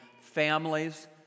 families